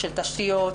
של תשתיות,